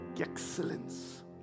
excellence